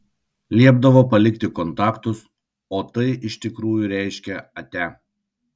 liepdavo palikti kontaktus o tai iš tikrųjų reiškė atia